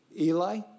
Eli